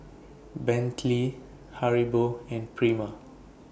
Bentley Haribo and Prima